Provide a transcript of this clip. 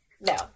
No